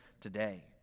today